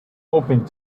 hoping